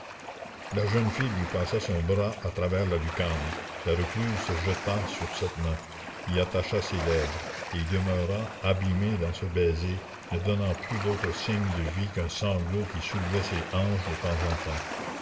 la jeune fille lui passa son bras à travers la lucarne la recluse se jeta sur cette main y attacha ses lèvres et y demeura abîmée dans ce baiser ne donnant plus d'autre signe de vie qu'un sanglot qui soulevait ses hanches de temps en temps